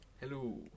Hello